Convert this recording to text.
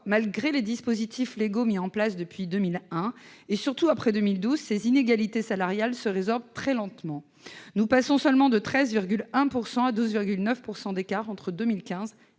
malgré les dispositifs légaux mis en place depuis 2001 et surtout après 2012, ces inégalités salariales se résorbent très seulement. L'écart n'a été porté que de 13,1 % à 12,9 % entre 2015 et 2016,